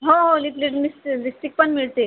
हो हो lip lipstick पण मिळते